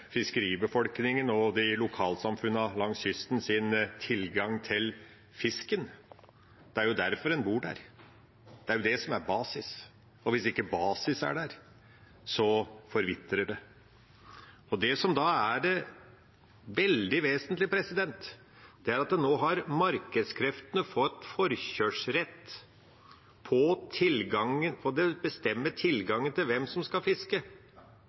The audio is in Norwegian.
Det er jo derfor en bor der, det er det som er basis. Og hvis ikke basis er der, forvitrer det. Det som da er veldig vesentlig, er at nå har markedskreftene fått forkjørsrett til å bestemme tilgangen til hvem som skal fiske.